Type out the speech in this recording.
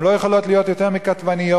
הן לא יכולות להיות יותר מכתבניות.